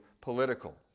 political